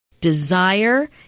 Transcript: desire